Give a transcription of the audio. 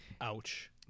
Ouch